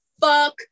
Fuck